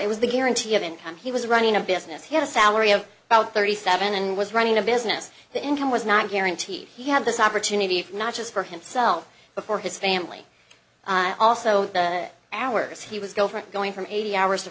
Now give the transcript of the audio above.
it was the guarantee of income he was running a business he had a salary of about thirty seven and was running a business the income was not guaranteed he had this opportunity not just for himself before his family also the hours he was go for going from eighty hours